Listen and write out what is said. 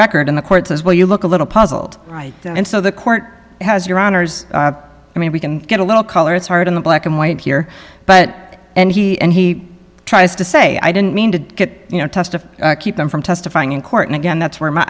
record in the courts as well you look a little puzzled and so the court has your honors i mean we can get a little color it's hard in the black and white here but and he and he tries to say i didn't mean to get you know testify keep them from testifying in court and again that's where my